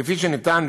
כפי שנטען,